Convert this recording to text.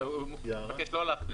הוא ביקש לא להכניס.